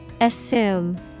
Assume